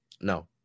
no